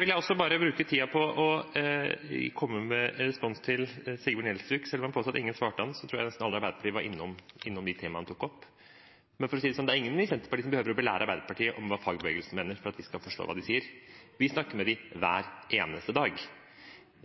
vil også bruke tiden på å komme med en respons til Sigbjørn Gjelsvik. Selv om han påsto at ingen svarte ham, tror jeg nesten alle i Arbeiderpartiet var innom de temaene han tok opp. Men for å si det sånn: Det er ingen i Senterpartiet som behøver å belære Arbeiderpartiet om hva fagbevegelsen mener, for at vi skal forstå hva de sier. Vi snakker med dem hver eneste dag.